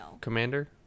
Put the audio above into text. commander